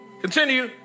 Continue